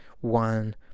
one